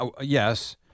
yes